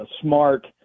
smart